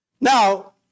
Now